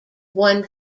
won